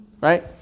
right